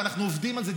ואנחנו עובדים על זה,